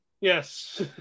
Yes